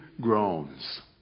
groans